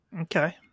Okay